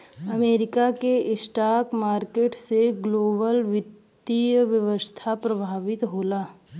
America के stock market से ग्लोबल वित्तीय व्यवस्था प्रभावित होला